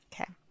Okay